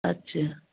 ਅੱਛਾ